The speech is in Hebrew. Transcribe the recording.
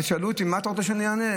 שאלו אותי: מה אתה רוצה שאני אענה?